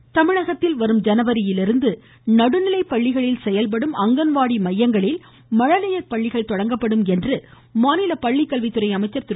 செங்கோட்டையன் தமிழகத்தில் வரும் ஜனவரியிலிருந்து நடுநிலை பள்ளிகளில் செயல்படும் அங்கன்வாடி மையங்களில் மழலையர் பள்ளிகள் தொடங்கப்படும் என்று மாநில பள்ளிக்கல்வித்துறை அமைச்சர் திரு